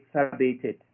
exacerbated